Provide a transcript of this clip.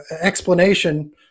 explanation